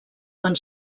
quan